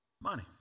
Money